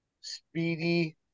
speedy